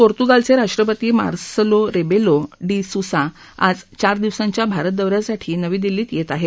पोर्तुगालचे राष्ट्रपती Marcelo Rebelo de Sousa आज चार दिवसांच्या भारत दौऱ्यासाठी नवी दिल्लीत येत आहेत